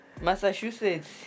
Massachusetts